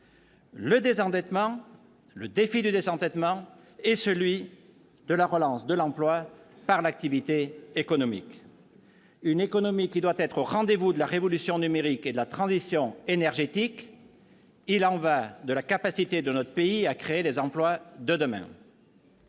le pari du désendettement et celui de la relance de l'emploi par l'activité économique. Notre économie doit être au rendez-vous de la révolution numérique et de la transition énergétique : il y va de la capacité de notre pays à créer les emplois de demain.